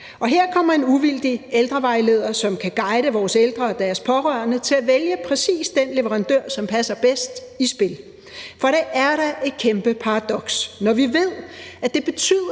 Og her kommer en uvildig ældrevejleder, som kan guide vores ældre og deres pårørende til at vælge præcis den leverandør, som passer bedst, i spil. For det er da et kæmpe paradoks, at vi ved, at det betyder